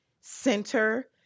center